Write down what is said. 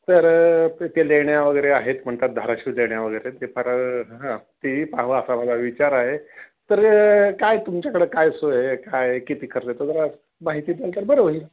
तर ते लेण्या वगैरे आहेत म्हणतात धाराशिव लेण्या वगैरे ते फार हां ती पाहावा असा माझा विचार आहे तर काय तुमच्याकडं काय सोय काय किती खर्च जरा माहिती द्याल तर बरं होईल